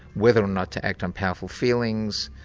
whether or not to act on powerful feelings,